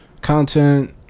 content